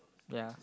ya